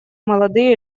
молодые